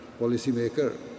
policymaker